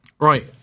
Right